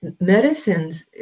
medicines